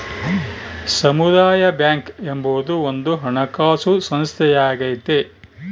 ಸಮುದಾಯ ಬ್ಯಾಂಕ್ ಎಂಬುದು ಒಂದು ಹಣಕಾಸು ಸಂಸ್ಥೆಯಾಗೈತೆ